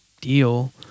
deal